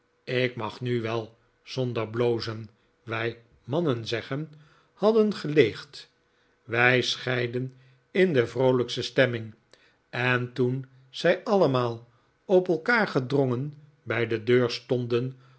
ik mag nu wel zonder blozen wij mannen zeggen hadden geleegd wij scheidden in de vroolijkste stemming en toen zij allemaal op elkaar gedrongen bij de deur stonden